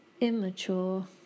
immature